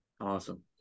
awesome